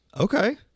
Okay